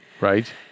Right